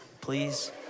please